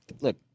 look